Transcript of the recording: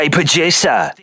Producer